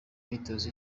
myitozo